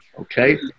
Okay